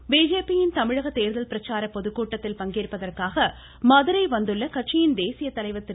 Nadda BJP யின் தமிழக தேர்தல் பிரச்சார பொதுக்கூட்டத்தில் பங்கேற்பதற்காக மதுரை கட்சியின் தேசியத் தலைவர் திரு